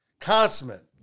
Consummate